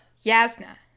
Yasna